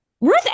Ruth